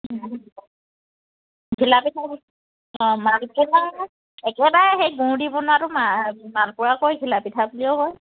ঘিলা পিঠা অঁ মালপোৱা একেবাৰে সেই গুৰ দি বনোৱাটো মালপোৱাও কয় ঘিলা পিঠা বুলিও কয়